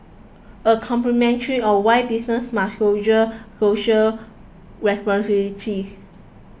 a commentary on why businesses must shoulder social responsibilities